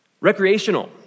Recreational